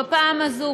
בפעם הזאת,